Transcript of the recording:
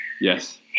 yes